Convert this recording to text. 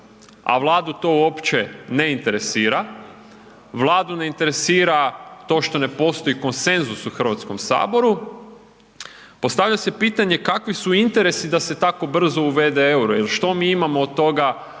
a Vladu to uopće ne interesira, Vladu ne interesira to što ne postoji konsenzus u Hrvatskom saboru, postavlja se pitanje kakvi su interesi da se tako brzo uvede EUR-o, jer što mi imamo od toga